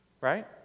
Right